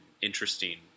interesting